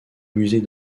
musée